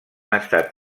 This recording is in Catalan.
estat